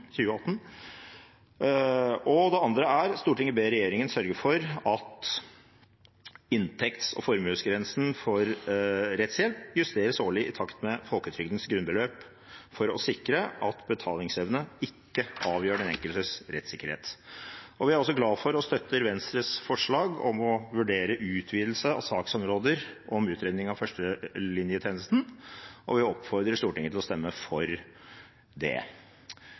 Det andre er: «Stortinget ber regjeringen sørge for at inntekts- og formuesgrensene for rettshjelp justeres årlig i takt med folketrygdens grunnbeløp , for å sikre at betalingsevne ikke avgjør den enkeltes rettssikkerhet.» Vi er også glad for – og støtter – Venstres forslag om å vurdere en utvidelse av saksområder og om en utredning av førstelinjetjenesten, og vi oppfordrer Stortinget til å stemme for